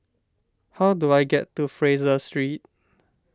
how do I get to Fraser Street